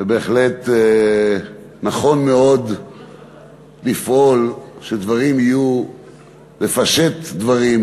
ובהחלט נכון מאוד לפעול שדברים יהיו לפשט דברים,